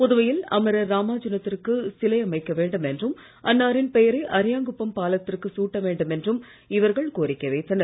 புதுவையில் அமரர் ராமானுஜ த்திற்கு சிலை அமைக்கவேண்டும் என்றும் அன்னாரின் பெயரை அரியாங்குப்பம் பாலத்திற்கு சூட்ட வேண்டுமென்றும் இவர்கள் கோரிக்கை வைத்தனர்